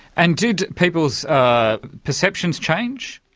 and did people's perceptions change?